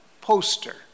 poster